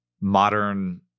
modern